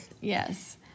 Yes